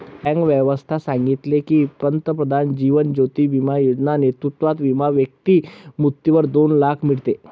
bank व्यवस्था सांगितले की, पंतप्रधान जीवन ज्योती बिमा योजना नेतृत्वात विमा व्यक्ती मृत्यूवर दोन लाख मीडते